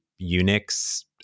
Unix